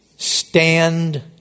Stand